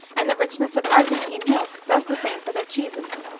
and the richness of argentine milk does the same for their cheeses,